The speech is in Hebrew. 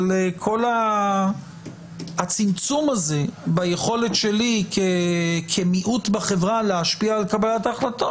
אבל כל הצמצום הזה ביכולת שלי כמיעוט בחברה להשפיע על קבלת ההחלטות,